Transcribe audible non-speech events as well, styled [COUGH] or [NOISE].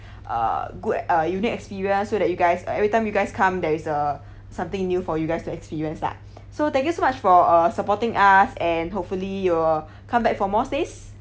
uh good uh unique experience so that you guys uh every time you guys come there is a something new for you guys to experience lah [BREATH] so thank you so much for uh supporting us and hopefully you'll come back for more stays